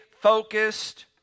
focused